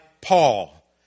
Paul